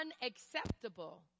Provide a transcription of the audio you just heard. unacceptable